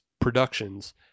productions